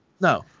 No